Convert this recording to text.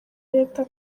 leta